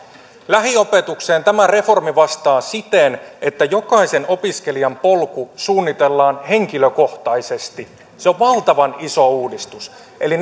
lähiopetukseen tämä reformi vastaa siten että jokaisen opiskelijan polku suunnitellaan henkilökohtaisesti se on valtavan iso uudistus eli